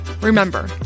Remember